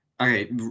Okay